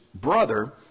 brother